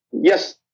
Yes